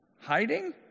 Hiding